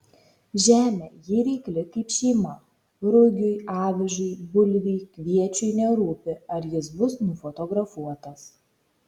žemė ji reikli kaip šeima rugiui avižai bulvei kviečiui nerūpi ar jis bus nufotografuotas